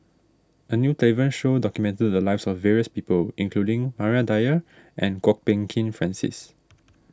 a new television show documented the lives of various people including Maria Dyer and Kwok Peng Kin Francis